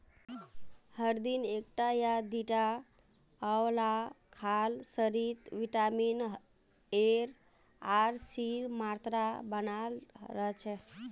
हर दिन एकटा या दिता आंवला खाल शरीरत विटामिन एर आर सीर मात्रा बनाल रह छेक